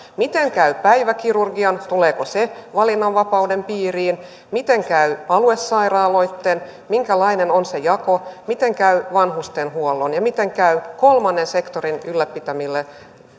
miten käy päiväkirurgian tuleeko se valinnanvapauden piiriin miten käy aluesairaaloitten minkälainen on se jako miten käy vanhustenhuollon ja miten käy kolmannen sektorin ylläpitämille